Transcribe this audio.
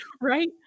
Right